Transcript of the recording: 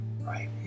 right